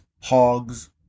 hogs